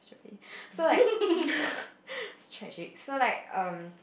so like it's tragic so like um